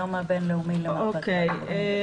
היום הבין-לאומי למאבק באלימות נגד נשים.